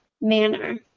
manner